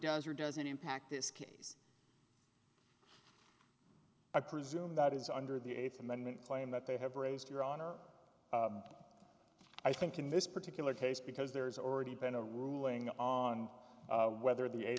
does or doesn't impact this case i presume that is under the eighth amendment claim that they have raised your honor i think in this particular case because there's already been a ruling on whether the